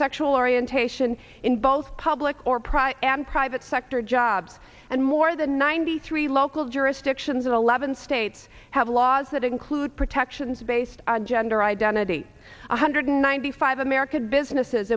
sexual orientation in both public or private and private sector jobs and more than ninety three local jurisdictions in eleven states have laws that include protections based on gender identity one hundred ninety five american businesses